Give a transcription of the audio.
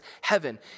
heaven